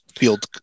Field